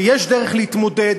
ויש דרך להתמודד,